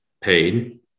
paid